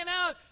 out